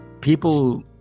people